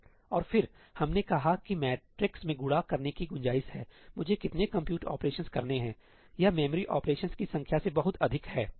और फिर हमने कहा कि मैट्रिक्स में गुणा करने की गुंजाइश है मुझे कितने कंप्यूट ऑपरेशनस करने हैं यह मेमोरी ऑपरेशनसकी संख्या से बहुत अधिक है